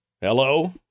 Hello